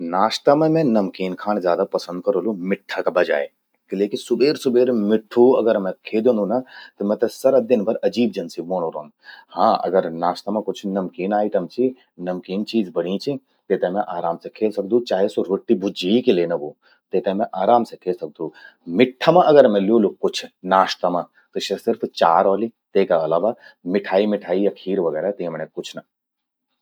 नाश्ता मां मैं नमकीन खाण ज्यादा पसंद करोलु, मिट्ठा का बजाय। किले कि सुबेर सुबेर मिट्ठू अगर मैं खए द्योंदू ना, त मेते सरा दिन भर अजीब जन सि व्होंणूं रौंद। हां, अगर नाश्ता मां कुछ नमकीन आइटम चि, नमकीन चीज बण्यीं चि, तेते मैं आराम से खे सकदू। चाहे स्वो र्वोट्टि भुज्जि ही किले ना व्हे। तेते मैं आराम से खे सकदू। मिट्ठा मां अगर मैं ल्योलु कुछ नाश्ता मां, त स्या सिर्फ चा रौली। तेका अलावा मिठाई विठाई खीर वगैरह त यमण्ये कुछ ना।